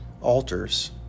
altars